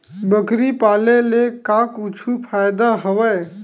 बकरी पाले ले का कुछु फ़ायदा हवय?